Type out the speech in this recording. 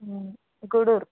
Gudur